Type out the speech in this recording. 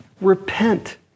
Repent